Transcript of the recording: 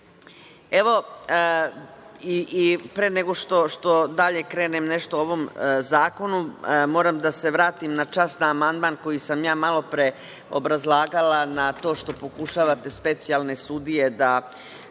pre nego što dalje krenem nešto o ovom zakonu, moram da se vratim čas na amandman koji sam ja malopre obrazlagala na to što pokušavate specijalne sudije, da